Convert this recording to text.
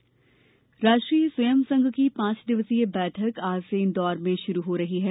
संघ की बैठक राष्ट्रीय स्वयं संघ की पांच दिवसीय बैठक आज से इंदौर में शुरू हो रही है